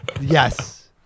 Yes